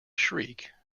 shriek